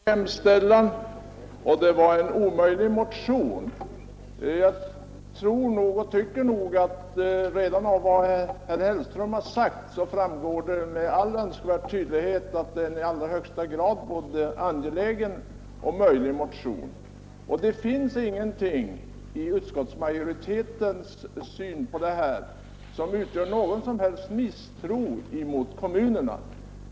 Herr talman! Jag skulle kunna nöja mig med att understryka vad herr Hellström här anfört, men låt mig ändå säga några ord med anledning av vad utskottets ärade ordförande herr Grebäck yttrade om att detta är en märklig hemställan och en omöjlig motion. Jag tycker att redan av vad herr Hellström sade framgick med all önskvärd tydlighet att detta är en i allra högsta grad både angelägen och möjlig motion. Det finns ingenting i utskottsmajoritetens syn på denna fråga som innebär misstro mot kommunerna.